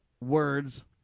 words